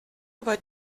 über